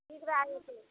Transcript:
ठीक भए जेतै